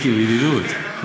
מיקי, בידידות.